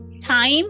time